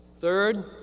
Third